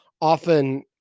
often